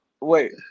wait